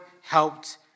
helped